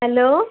hello